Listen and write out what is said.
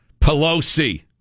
Pelosi